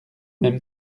même